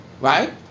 right